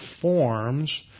forms